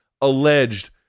alleged